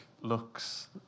looks